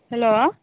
hello